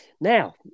Now